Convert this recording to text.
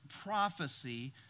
prophecy